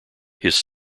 his